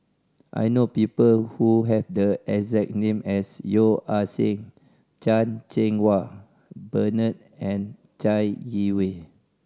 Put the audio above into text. I know people who have the exact name as Yeo Ah Seng Chan Cheng Wah Bernard and Chai Yee Wei